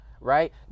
right